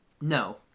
No